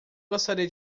gostaria